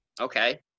Okay